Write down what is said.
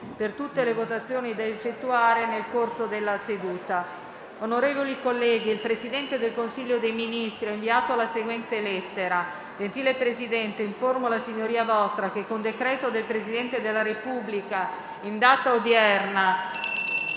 "Il link apre una nuova finestra"). Onorevoli colleghi, il Presidente del Consiglio dei ministri ha inviato la seguente lettera: «Gentile Presidente, informo la Signoria Vostra che con decreto del Presidente della Repubblica in data odierna,